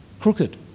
crooked